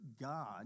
God